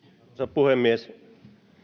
puhemies